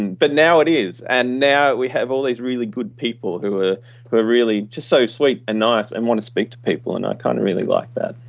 and but now it is. and now, we have all these really good who are but really just so sweet and nice and want to speak to people and i kind of really like that.